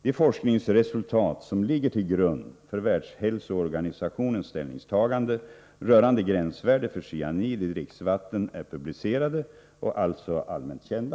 De forskningsresultat som ligger till grund för Världshälsoorganisationens ställningstagande rörande gränsvärde för cyanid i dricksvatten är publicerade och alltså allmänt kända.